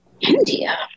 India